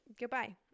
Goodbye